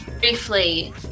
briefly